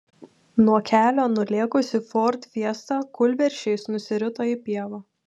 nuo kelio nulėkusi ford fiesta kūlversčiais nusirito į pievą